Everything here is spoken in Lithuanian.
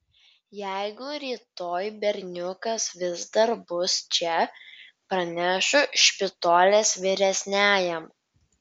jeigu rytoj berniukas vis dar bus čia pranešiu špitolės vyresniajam